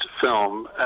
film